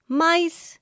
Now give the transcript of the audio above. mice